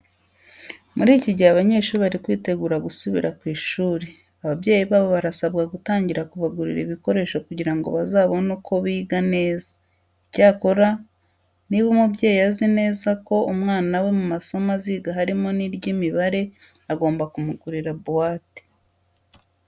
Muri iki gihe abanyeshuri bari kwitegura gusubira ku ishuri, ababyeyi babo barasabwa gutangira kubagurira ibikoresho kugira ngo bazabone uko biga neza. Icyakora niba umubyeyi azi neza ko umwana we mu masomo aziga harimo n'iry'imibare, agomba kumugurira buwate.